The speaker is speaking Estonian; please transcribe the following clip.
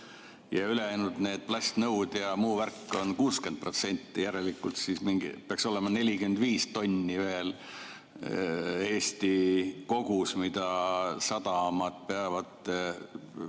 Ja ülejäänu, need plastnõud ja muu värk, on 60%. Järelikult peaks olema 45 tonni see kogus, mida sadamad peavad